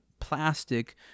plastic